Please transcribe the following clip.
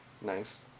Nice